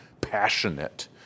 passionate